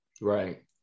Right